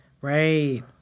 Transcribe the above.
Right